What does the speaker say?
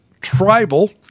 tribal